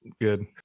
good